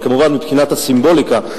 אבל כמובן מבחינת הסימבוליקה,